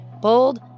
bold